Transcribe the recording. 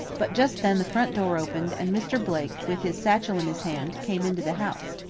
but just then the front door opened and mr. blake with his satchel in his hand, came into the house.